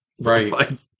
Right